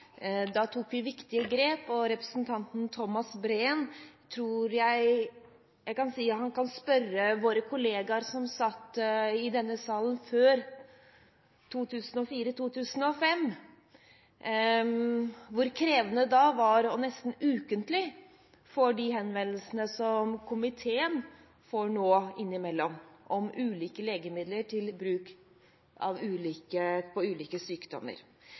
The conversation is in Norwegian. Da tok vi viktige grep. Representanten Thomas Breen kan spørre våre kolleger som satt i denne salen før 2004–2005, hvor krevende det da var nesten ukentlig å få de henvendelsene som komiteen nå får innimellom, om ulike legemidler til bruk på ulike sykdommer.